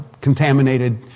contaminated